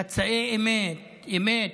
חצאי אמת, אמת.